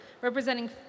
representing